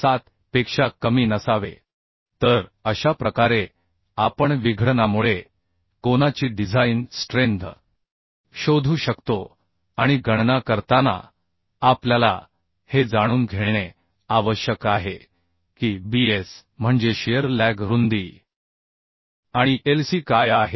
07 पेक्षा कमी नसावे तर अशा प्रकारे आपण विघटनामुळे कोनाची डिझाइन स्ट्रेंथ शोधू शकतो आणि गणना करताना आपल्याला हे जाणून घेणे आवश्यक आहे की Bs म्हणजे शिअर लॅग रुंदी आणि Lc काय आहे